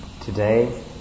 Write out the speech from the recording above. today